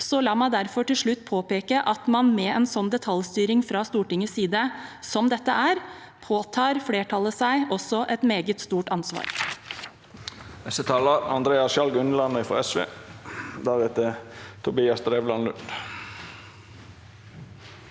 la meg derfor til slutt påpeke at flertallet med en slik detaljstyring fra Stortingets side som dette er, påtar seg et meget stort ansvar.